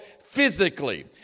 physically